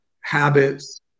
habits